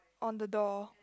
on the door